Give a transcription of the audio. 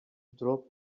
drop